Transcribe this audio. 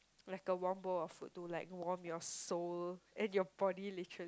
like a warm bowl of food to like warm your soul and your body literal~